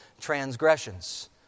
transgressions